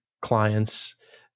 clients